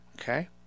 okay